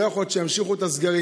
לא יכול להיות שימשיכו את הסגרים,